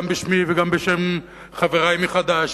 גם בשמי וגם בשם חברי מחד"ש,